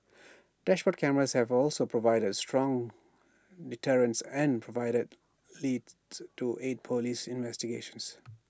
dashboard cameras have also provided strong deterrence and provided leads to aid Police investigations